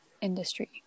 industry